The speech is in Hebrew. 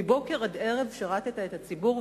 מבוקר עד ערב שירתת את הציבור,